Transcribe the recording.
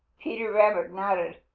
peter rabbit nodded.